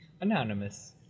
Anonymous